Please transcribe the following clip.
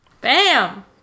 Bam